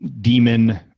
demon